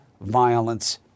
violence